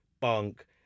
bunk